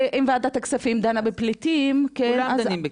אם ועדת הכספים דנה בפליטים --- כולם דנים בכך.